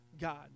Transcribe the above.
God